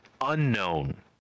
unknown